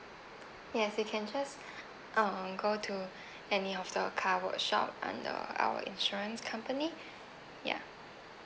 yes you can just um go to any of the car workshop under our insurance company ya